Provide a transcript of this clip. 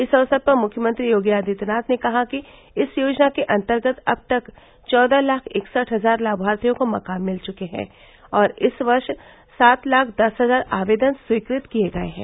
इस अवसर पर मुख्यमंत्री योगी आदित्यनाथ ने कहा कि इस योजना के अंतर्गत अब तक चौदह लाख इकसठ हजार लाभार्थियों को मकान मिल चुके हैं और इस वर्ष सात लाख दस हजार आवेदन स्वीकृत किए गए हैं